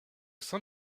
sein